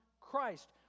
Christ